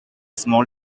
small